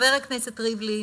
חבר הכנסת ריבלין,